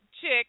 chick